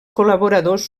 col·laboradors